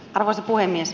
arvoisa puhemies